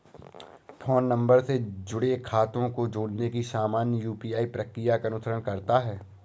phone number से जुड़े खातों को जोड़ने की सामान्य यू.पी.आई प्रक्रिया का अनुसरण करता है